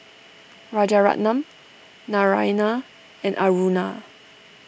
Rajaratnam Naraina and Aruna